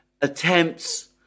attempts